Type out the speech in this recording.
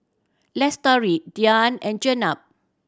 Lestari Dian and Jenab